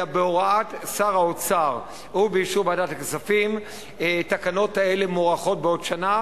אלא בהוראת שר האוצר ובאישור ועדת הכספים התקנות האלה מוארכות בעוד שנה.